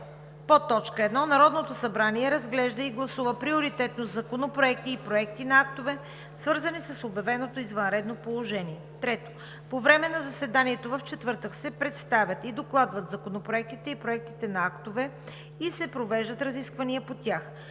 по т. 1 Народното събрание разглежда и гласува приоритетно законопроекти и проекти на актове, свързани с обявеното извънредно положение. 3. По време на заседанието в четвъртък се представят и докладват законопроектите и проектите на актове и се провеждат разисквания по тях.